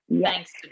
Thanks